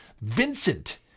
Vincent